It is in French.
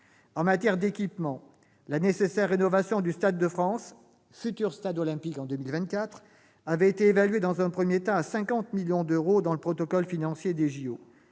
En matière d'équipements, la nécessaire rénovation du Stade de France, futur stade olympique en 2024, avait été évaluée dans un premier temps à 50 millions d'euros dans le protocole financier des Jeux